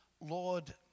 Lord